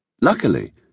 Luckily